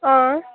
अँ